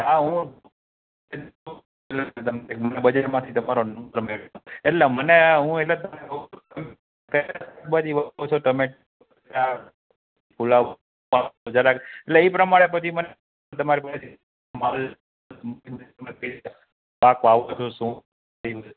હા હું બજેટમાંથી કરવાનું એટલે મને હું તમને કહું છું ખૂબ તમે અ પુલાવ જરાક એટલે એ પ્રમાણે પછી મને તમારે માલ શાક વાવ જોઈશું કેવું રહે છે